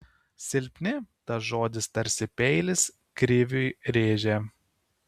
silpni tas žodis tarsi peilis kriviui rėžė